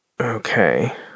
okay